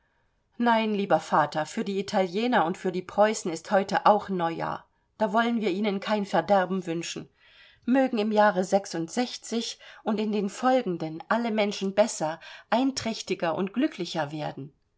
nein lieber vater für die italiener und für die preußen ist heute auch neujahr da wollen wir ihnen kein verderben wünschen mögen im jahre und in den folgenden alle menschen besser einträchtiger und glücklicher werden